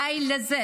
די לזה.